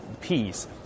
peace